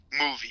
Movie